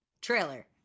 trailer